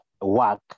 work